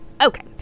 okay